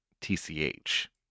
TCH